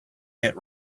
hit